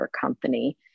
company